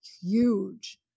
huge